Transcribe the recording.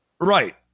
Right